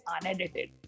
unedited